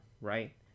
right